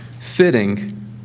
fitting